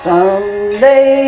Someday